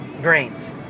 grains